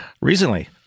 recently